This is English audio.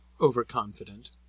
overconfident